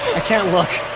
can't look.